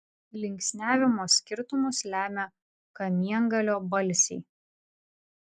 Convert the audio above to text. linksniavimo skirtumus lemia kamiengalio balsiai